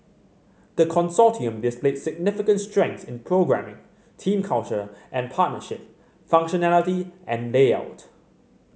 the Consortium displayed significant strength in programming team culture and partnership functionality and layout